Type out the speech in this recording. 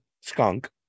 skunk